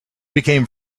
became